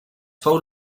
fou